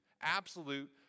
Absolute